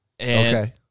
Okay